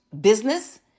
business